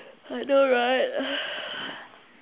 I know right